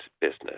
business